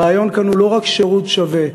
הרעיון כאן הוא לא רק שירות שווה,